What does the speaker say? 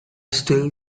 still